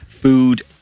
food